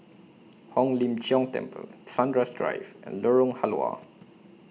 Hong Lim Jiong Temple Sunrise Drive and Lorong Halwa